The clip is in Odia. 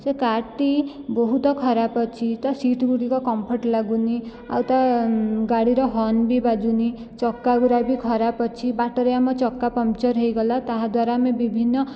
ସେ କାର୍ଟି ବହୁତ ଖରାପ ଅଛି ତା ସିଟ ଗୁଡ଼ିକ କମ୍ଫର୍ଟ ଲାଗୁନି ଆଉ ତା ଗାଡ଼ିର ହର୍ନ ବି ବାଜୁନି ଚକ୍କା ଗୁରା ବି ଖରାପ ଅଛି ବାଟରେ ଆମ ଚକ୍କା ପମ୍ପଚର ହୋଇଗଲା ତାହାଦ୍ୱାରା ଆମେ ବିଭିନ୍ନ